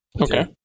Okay